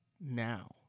now